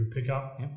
pickup